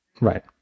Right